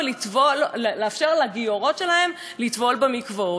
לאפשר לגיורות שלהם לטבול במקוואות.